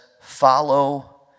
follow